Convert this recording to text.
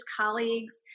colleagues